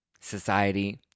society